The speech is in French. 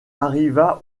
arriva